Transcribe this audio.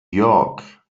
york